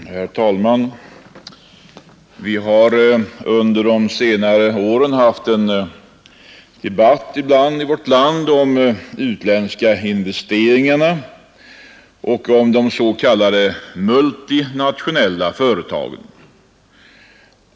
Herr talman! Vi har under senare år ibland haft en debatt i vårt land om de utländska investeringarna och om de s.k. multinationella företagen.